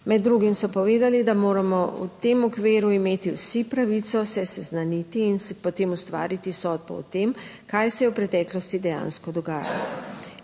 Med drugim so povedali, da moramo v tem okviru imeti vsi pravico se seznaniti in potem ustvariti sodbo o tem, kaj se je v preteklosti dejansko dogajalo